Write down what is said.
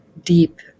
deep